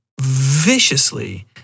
viciously